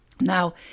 Now